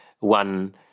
One